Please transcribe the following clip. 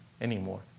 anymore